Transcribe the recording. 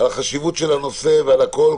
החשיבות של הנושא והכול,